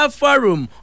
forum